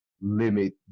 limit